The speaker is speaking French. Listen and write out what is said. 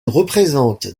représente